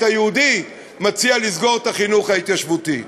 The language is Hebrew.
היהודי מציע לסגור את החינוך ההתיישבותי.